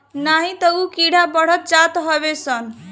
नाही तअ उ कीड़ा बढ़त जात हवे सन